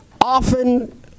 Often